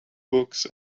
books